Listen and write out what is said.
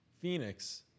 Phoenix